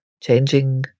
changing